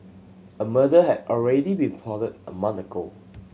a murder had already been plotted a month ago